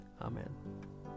Amen